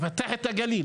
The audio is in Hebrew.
לפתח את הגליל,